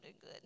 good